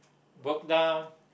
broke down